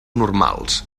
normals